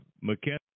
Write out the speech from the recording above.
McKenna